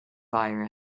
virus